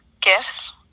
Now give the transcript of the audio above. gifts